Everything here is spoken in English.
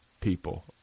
people